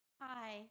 Hi